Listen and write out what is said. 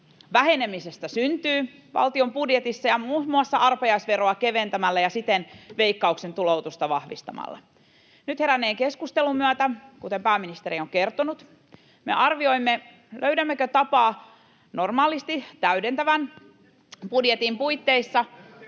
vähenemisestä syntyy valtion budjetissa, muun muassa arpajaisveroa keventämällä ja siten Veikkauksen tuloutusta vahvistamalla. Nyt heränneen keskustelun myötä, kuten pääministeri on kertonut, me arvioimme, löydämmekö tapaa, normaalisti täydentävän budjetin puitteissa,